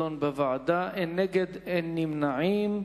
אין מתנגדים ואין נמנעים.